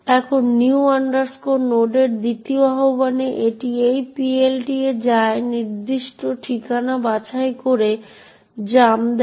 এখন new node এর দ্বিতীয় আহ্বানে এটি এই PLT এ যায় এবং নির্দিষ্ট ঠিকানায় বাছাই করে জাম্প দেয়